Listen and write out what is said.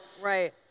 Right